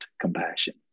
compassion